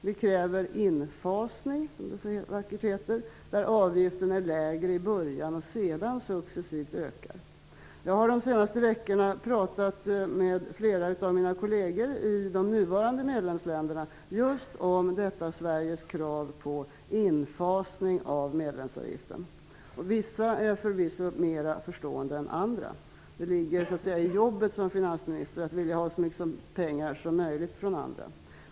Vi kräver infasning, som det så vackert heter, där avgiften är lägre i början och sedan successivt ökar. Jag har under de senaste veckorna talat med flera av mina kolleger i de nuvarande medlemsländerna om just Vissa är förvisso mer förstående än andra. Det ligger i jobbet som finansminister att vilja ha så mycket pengar som möjligt från andra.